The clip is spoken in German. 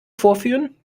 vorführen